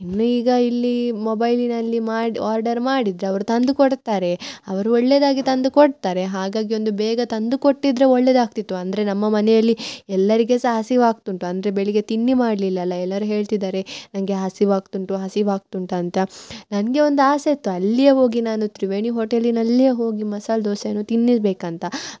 ಇನ್ನು ಈಗ ಇಲ್ಲೀ ಮೊಬೈಲಿನಲ್ಲಿ ಮಾಡು ಆರ್ಡರ್ ಮಾಡಿದರೆ ಅವರು ತಂದು ಕೊಡ್ತಾರೆ ಅವರು ಒಳ್ಳೆದಾಗಿ ತಂದು ಕೊಡ್ತಾರೆ ಹಾಗಾಗಿ ಒಂದು ಬೇಗ ತಂದು ಕೊಟ್ಟಿದ್ರೆ ಒಳ್ಳೆದಾಗ್ತಿತ್ತು ಅಂದರೆ ನಮ್ಮ ಮನೆಯಲ್ಲಿ ಎಲ್ಲರಿಗೆ ಸಹ ಹಸಿವಾಗ್ತುಂಟು ಅಂದರೆ ಬೆಳಗ್ಗೆ ತಿಂಡಿ ಮಾಡಲಿಲ್ಲಲ ಎಲ್ಲರು ಹೇಳ್ತಿದಾರೆ ನಂಗೆ ಹಸಿವಾಗ್ತುಂಟು ಹಸಿವಾಗ್ತುಂಟು ಅಂತ ನನಗೆ ಒಂದು ಆಸೆ ಇತ್ತು ಅಲ್ಲಿಯೆ ಹೋಗಿ ನಾನು ತ್ರಿವೇಣಿ ಹೊಟೇಲಿನಲ್ಲಿಯೆ ಹೋಗಿ ಮಸಾಲ ದೋಸೆಯನ್ನು ತಿನ್ನ ಬೇಕಂತ